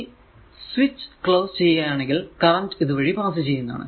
ഈ switch close ചെയ്യുകയാണേൽ current ഇതുവഴി പാസ് ചെയ്യുന്നതാണ്